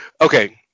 Okay